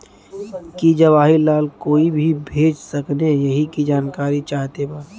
की जवाहिर लाल कोई के भेज सकने यही की जानकारी चाहते बा?